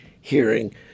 hearing